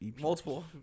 Multiple